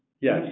Yes